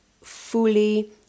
fully